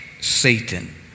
Satan